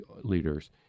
leaders